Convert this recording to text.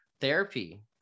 therapy